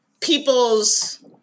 people's